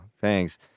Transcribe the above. thanks